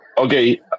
Okay